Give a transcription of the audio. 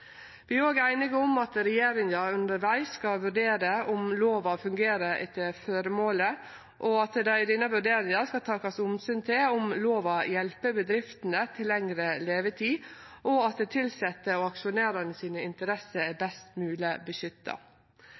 Vi er òg einige om at regjeringa undervegs skal vurdere om lova fungerer etter føremålet, og at det i denne vurderinga skal takast omsyn til om lova hjelper bedriftene til lengre levetid, og at interessene til tilsette og aksjonærar er best mogleg beskytta.